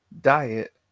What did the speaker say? diet